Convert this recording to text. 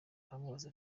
aramubaza